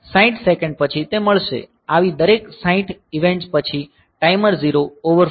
60 second પછી તે મળશે આવી દરેક 60 ઇવેંટ્સ પછી ટાઈમર 0 ઓવરફ્લો થશે